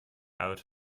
out